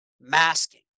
masking